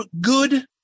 good